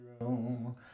room